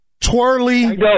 Twirly